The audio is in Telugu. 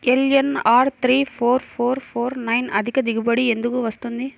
LNR three four four four nine అధిక దిగుబడి ఎందుకు వస్తుంది?